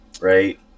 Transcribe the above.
right